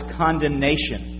condemnation